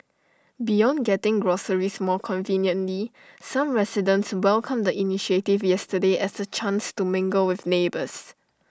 beyond getting groceries more conveniently some residents welcomed the initiative yesterday as A chance to mingle with neighbours